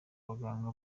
abaganga